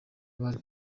abari